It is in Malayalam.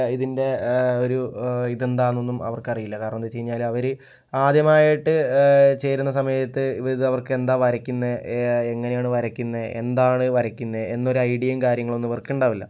ഇതിൻ്റെ ഒരു ഇതെന്താണെന്നൊന്നും അവർക്കറിയില്ല കാരണം എന്താണെന്ന് വെച്ച് കഴിഞ്ഞാല് അവര് ആദ്യമായിട്ട് ചേരുന്ന സമയത്ത് ഇത് അവർക്ക് എന്താ വരയ്ക്കുന്നേ എങ്ങനെയാണ് വരയ്ക്കുന്നേ എന്താണ് വരയ്ക്കുന്നേ എന്നൊര് ഐഡിയയും കാര്യങ്ങളൊന്നും ഇവർക്കുണ്ടാവില്ല